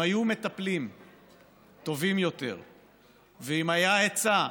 אם היו מטפלים טובים יותר ואם היה היצע,